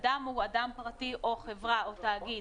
אדם הוא אדם פרטי או חברה או תאגיד.